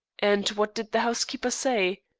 and what did the housekeeper say?